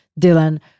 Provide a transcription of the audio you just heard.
Dylan